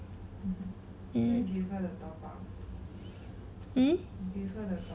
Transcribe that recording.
hmm